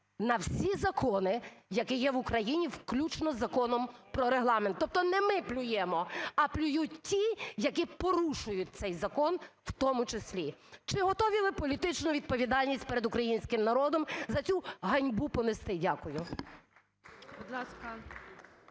на всі закони, які є в Україні, включно з Законом про Регламент. Тобто не ми плюємо, а плюють ті, які порушують цей закон в тому числі. Чи готові ви політичну відповідальність перед українським народом за цю ганьбу понести? Дякую.